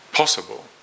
possible